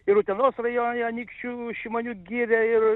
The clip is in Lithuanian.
ir utenos rajone anykščių šimonių girią ir